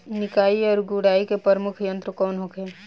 निकाई और गुड़ाई के प्रमुख यंत्र कौन होखे?